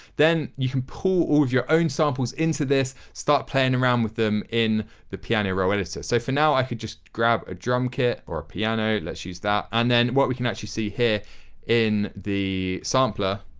then you can pull all of your own samples into this. start playing around with them in the piano roll editor. so, for now i could just grab a drum kit or a piano let's use that, and then what we can actually see here in the sampler